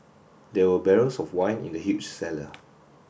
there were barrels of wine in the huge cellar